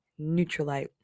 Neutralite